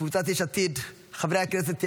קבוצת יש עתיד, חבר הכנסת יאיר,